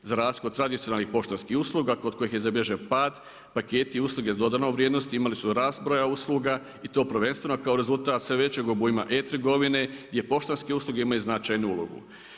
Za rashod tradicionalnih poštanskih usluga kod kojih je zabilježen pad, paketi usluge sa dodanom vrijednosti imali rast broja usluga i to prvenstveno kao rezultat sve većeg obujma e-trgovine gdje poštanske usluge imaju značajnu ulogu.